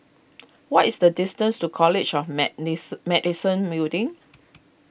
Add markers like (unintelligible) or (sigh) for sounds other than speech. what is the distance to College of may (unintelligible) Medicine Building